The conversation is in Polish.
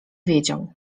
wiedział